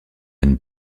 and